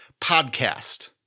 Podcast